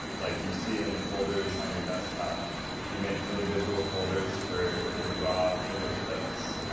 like you see in the folders on your desktop if you make individual folders for your raw video clips,